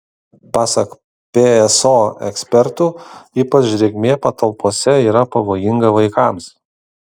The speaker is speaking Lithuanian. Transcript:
pasak pso ekspertų ypač drėgmė patalpose yra pavojinga vaikams